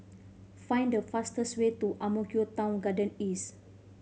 find the fastest way to Ang Mo Kio Town Garden East